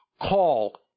call